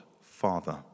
Father